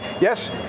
Yes